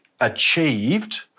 achieved